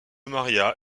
maria